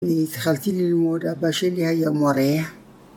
‫התחלתי ללמוד אבא שלי היה מורה.